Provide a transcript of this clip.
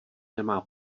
nemá